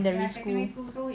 secondary school